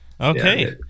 okay